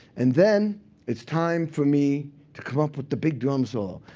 and then it's time for me to come up with the big drum solo.